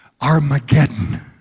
Armageddon